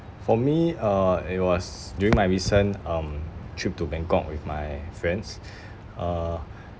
for me uh it was during my recent um trip to bangkok with my friends uh